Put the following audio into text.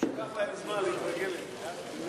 ייקח להם זמן להתרגל לזה.